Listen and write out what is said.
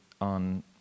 on